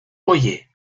oye